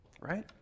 Right